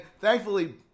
thankfully